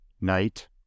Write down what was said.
Night